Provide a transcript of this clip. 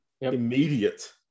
immediate